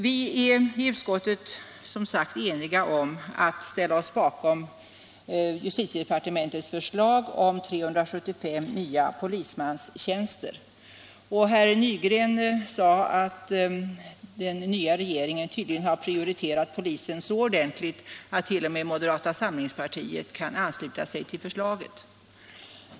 Vi är i utskottet som sagt eniga om att ställa oss bakom justitiedepartementets förslag om 375 nya polismanstjänster. Herr Nygren sade att den nya regeringen tydligen har prioriterat polisen så ordentligt att t.o.m. moderata samlingspartiet kan ansluta sig till förslaget.